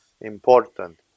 important